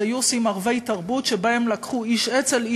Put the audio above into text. היו עושים ערבי תרבות שבהם לקחו איש אצ"ל,